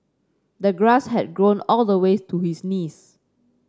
the grass had grown all the way to his knees